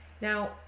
Now